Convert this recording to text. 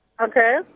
Okay